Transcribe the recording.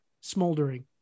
smoldering